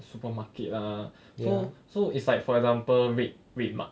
supermarket lah so so it's like for example red RedMart